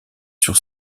sur